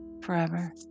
forever